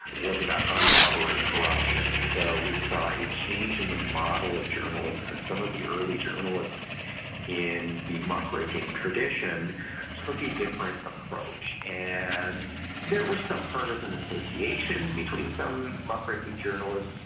was about uncovering corruption. so we saw a change in the model of journalism. and some of the early journalists in the muckraking tradition took a different approach. and there were some partisan associations between some muckraking journalists,